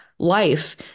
life